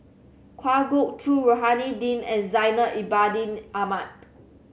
Kwa Geok Choo Rohani Din and Zainal Abidin Ahmad